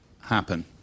happen